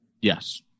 Yes